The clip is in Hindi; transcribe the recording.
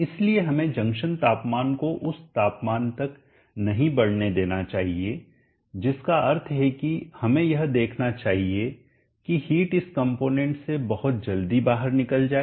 इसलिए हमें जंक्शन तापमान को उस तापमान तक नहीं बढ़ने देना चाहिए जिसका अर्थ है कि हमें यह देखना चाहिए कि हिट इस कंपोनेंट से बहुत जल्दी बाहर निकल जाए